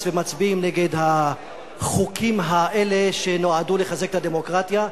ומצביעים נגד החוקים האלה שנועדו לחזק את הדמוקרטיה.